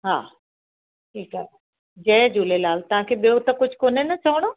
हा ठीकु आहे जय झूलेलाल तव्हांखे ॿियों त कुझु कोन्हे न चवणो